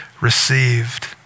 received